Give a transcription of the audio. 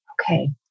okay